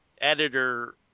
editor